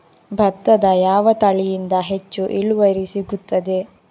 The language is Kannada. ಭತ್ತದ ಯಾವ ತಳಿಯಿಂದ ಹೆಚ್ಚು ಇಳುವರಿ ಸಿಗುತ್ತದೆ?